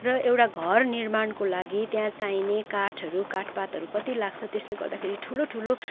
र एउटा घर निर्माणको लागि त्यहाँ चाहिने काठहरू काठपातहरू कत्ति लाग्छ त्यसले गर्दाखेरि ठुलो ठुलो